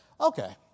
Okay